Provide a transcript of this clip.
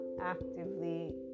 actively